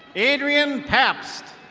adrian past.